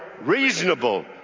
reasonable